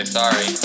sorry